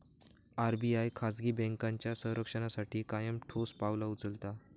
RBI खाजगी बँकांच्या संरक्षणासाठी कायम ठोस पावला उचलता